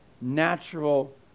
natural